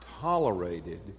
tolerated